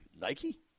Nike